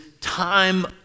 time